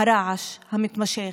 הרעש המתמשך,